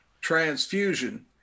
transfusion